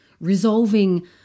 resolving